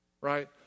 right